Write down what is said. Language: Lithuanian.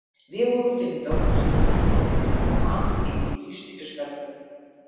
vėlų rudenį daugelis tų užmiestinių komandų ėmė grįžti iš darbų